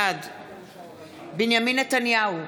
בעד בנימין נתניהו,